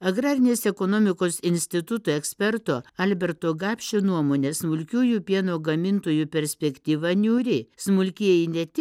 agrarinės ekonomikos instituto eksperto alberto gapšio nuomone smulkiųjų pieno gamintojų perspektyva niūri smulkieji ne tik